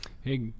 Hey